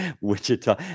wichita